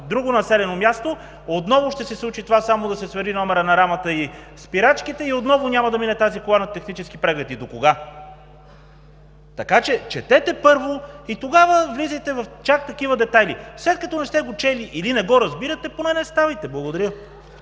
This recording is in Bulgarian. друго населено място, отново ще се случи това – само да се свери номерът на рамата и спирачките, и отново няма да мине тази кола на технически преглед. И докога? Така че четете първо и тогава влизайте чак в такива детайли. След като не сте го чели или не го разбирате, поне не ставайте. Благодаря.